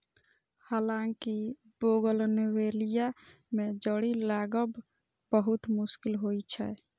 हालांकि बोगनवेलिया मे जड़ि लागब बहुत मुश्किल होइ छै